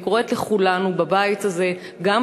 אני קוראת לכולנו בבית הזה לשילוב נכון וראוי,